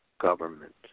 government